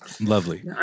Lovely